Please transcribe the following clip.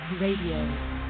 Radio